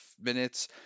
minutes